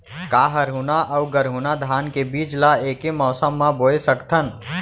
का हरहुना अऊ गरहुना धान के बीज ला ऐके मौसम मा बोए सकथन?